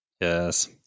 Yes